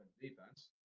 Defense